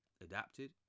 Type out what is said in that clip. adapted